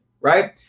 right